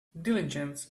diligence